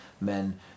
men